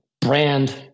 brand